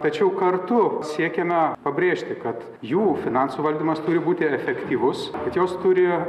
tačiau kartu siekiame pabrėžti kad jų finansų valdymas turi būti efektyvus kad jos turi